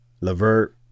Levert